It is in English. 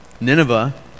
Nineveh